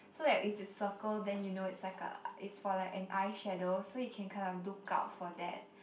so that if it's circle then you know it's like a it's for like an eyeshadow so you can kind of look out for that